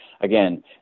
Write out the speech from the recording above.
again